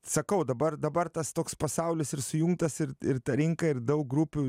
sakau dabar dabar tas toks pasaulis ir sujungtas ir ir ta rinka ir daug grupių